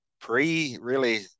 pre-really